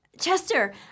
Chester